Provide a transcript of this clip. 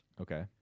okay